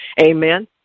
Amen